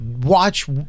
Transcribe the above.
Watch